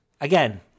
again